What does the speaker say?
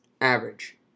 average